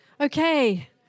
Okay